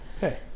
Hey